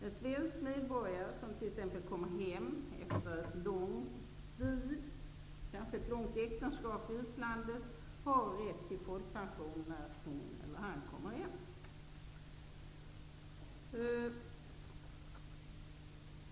En svensk medborgare som kommer hem efter ett långt liv, kanske ett långt äktenskap, i utlandet har rätt till folkpension när han eller hon kommer hem.